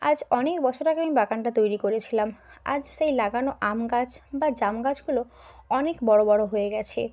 আজ অনেক বছর আগে আমি বাগানটা তৈরি করেছিলাম আজ সেই লাগানো আম গাছ বা জাম গাছগুলো অনেক বড় বড় হয়ে গেছে